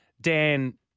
Dan